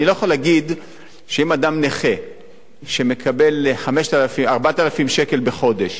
אני לא יכול להגיד שאם אדם נכה שמקבל 4,000 שקל בחודש